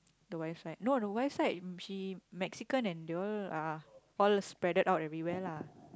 the wife side no the wife side she Mexican and they all uh all spreaded out everywhere lah